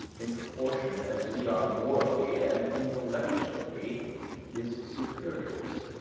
in proportion as we are morally and intellectually his superiors!